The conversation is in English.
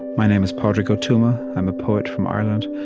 my name is padraig o tuama. i'm a poet from ireland.